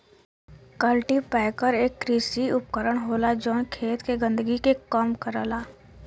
cultipacker एक कृषि उपकरण होला जौन खेत के गंदगी के कम करला